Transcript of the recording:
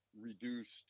reduced